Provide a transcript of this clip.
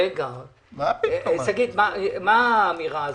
שגית, מה האמירה הזאת?